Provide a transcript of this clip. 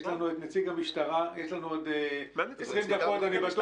יש נתונים על